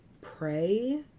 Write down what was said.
Pray